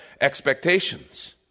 Expectations